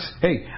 Hey